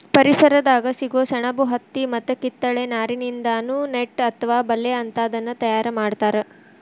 ಪರಿಸರದಾಗ ಸಿಗೋ ಸೆಣಬು ಹತ್ತಿ ಮತ್ತ ಕಿತ್ತಳೆ ನಾರಿನಿಂದಾನು ನೆಟ್ ಅತ್ವ ಬಲೇ ಅಂತಾದನ್ನ ತಯಾರ್ ಮಾಡ್ತಾರ